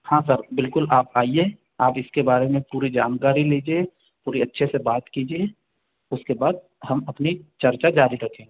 हाँ सर बिल्कुल आप आइए आप इसके बारे में पूरी जानकारी लीजिए पूरी अच्छे से बात कीजिए उसके बाद हम अपनी चर्चा जारी रखेंगे